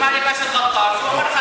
כל הזמן.